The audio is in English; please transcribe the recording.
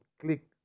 click